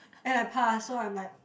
and I passed so I'm like